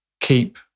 Keep